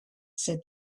said